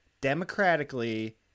democratically